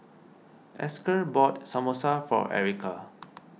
Esker bought Samosa for Erica